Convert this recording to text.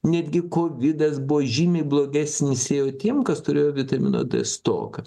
netgi kovidas buvo žymiai blogesnis jau tiem kas turėjo vitamino d stoką